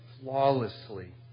flawlessly